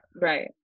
Right